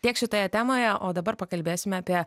tiek šitoje temoje o dabar pakalbėsim apie